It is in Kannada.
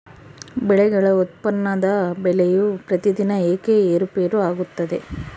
ಬೆಳೆಗಳ ಉತ್ಪನ್ನದ ಬೆಲೆಯು ಪ್ರತಿದಿನ ಏಕೆ ಏರುಪೇರು ಆಗುತ್ತದೆ?